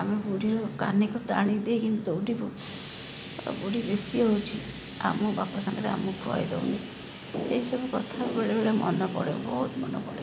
ଆମେ ବୁଢ଼ୀର କାନିକୁ ଟାଣି ଦେଇକିନି ଦୌଡ଼ିବୁ ବୁଢ଼ୀ ବେଶୀ ହେଉଛି ଆମ ବାପା ସାଙ୍ଗରେ ଆମକୁ ଖୁଆଇ ଦେଉନି ଏଇସବୁ କଥା ବେଳେ ବେଳେ ମନେ ପଡ଼େ ବହୁତ ମନେ ପଡ଼େ